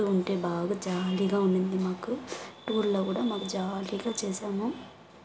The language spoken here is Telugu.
వస్తూ ఉంటే బాగా జాలీగా ఉండింది మాకు టూర్లో గుడా మాకు జాలీగా చేసాము